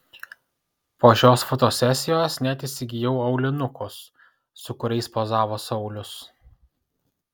po šios fotosesijos net įsigijau aulinukus su kuriais pozavo saulius